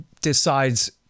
decides